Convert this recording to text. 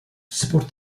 support